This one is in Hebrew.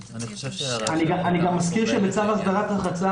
אני גם מזכיר שבצו הסדרת רחצה,